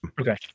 Okay